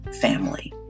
family